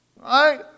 Right